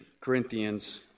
Corinthians